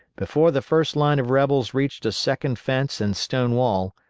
before the first line of rebels reached a second fence and stone wall,